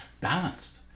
balanced